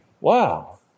Wow